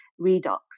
redox